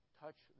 touch